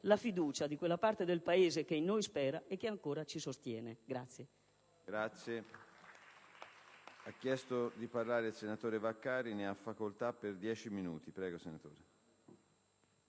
la fiducia di quella parte del Paese che in noi spera e che ancora ci sostiene.